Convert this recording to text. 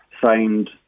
signed